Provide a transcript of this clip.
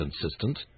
consistent